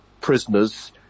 prisoners